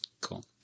Cool